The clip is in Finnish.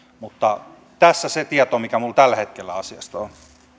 mutta tässä se tieto mikä minulla tällä hetkellä asiasta on